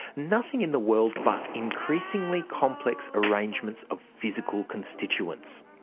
nothing in the world but increasingly complex arrangements of physical constituents.